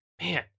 man